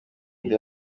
ndi